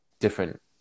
different